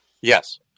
Yes